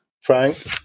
frank